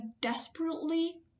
desperately